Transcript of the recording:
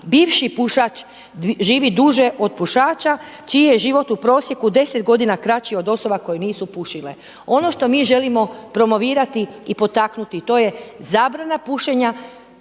bivši pušač živi duže od pušača čiji je život u prosjeku 10 godina kraći od osoba koje nisu pušile. Ono što mi želimo promovirati i potaknuti, to je zabrana pušenja,